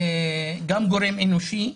גם גורם אנושי,